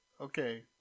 Okay